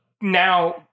now